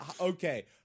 Okay